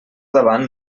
davant